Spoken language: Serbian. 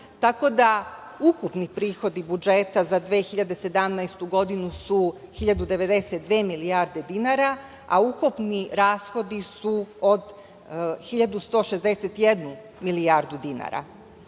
tako da ukupni prihodi budžeta za 2017. godinu su 1.092 milijarde dinara, a u ukupni rashodi su od 1.161 milijardi dinara.